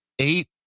eight